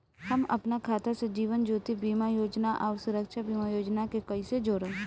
हम अपना खाता से जीवन ज्योति बीमा योजना आउर सुरक्षा बीमा योजना के कैसे जोड़म?